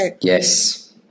yes